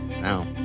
Now